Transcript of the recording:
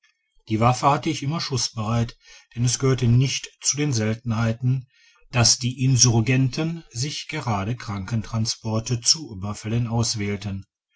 die waffe hatte ich immer schussbereit denn es gehörte nicht zu den seltenheiten dass die insurgenten sich gerade krankentransporte zu ueberfällen auswählten